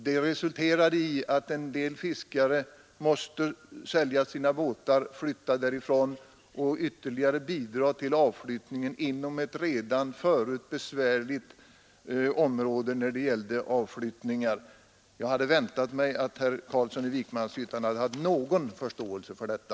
Det resulterade i att en del fiskare måste sälja sina båtar, flytta därifrån och ytterligare bidra till avfolkningen av ett område som redan förut hade det besvärligt i detta avseende. Jag hade väntat mig att herr Carlsson i Vikmanshyttan skulle ha någon förståelse för detta.